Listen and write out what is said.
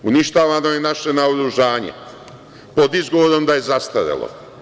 Uništavano je i naše naoružanje, pod izgovorom da je zastarelo.